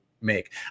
make